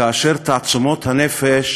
כאשר תעצומות הנפש